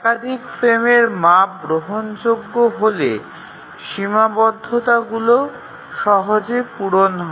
একাধিক ফ্রেমের মাপ গ্রহণযোগ্য হলে সীমাবদ্ধতাগুলি সহজে পূরণ হয়